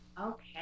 Okay